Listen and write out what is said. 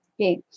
Okay